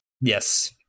Yes